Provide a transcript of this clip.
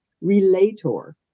relator